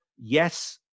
Yes